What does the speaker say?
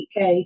UK